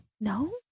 no